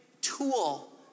tool